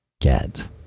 get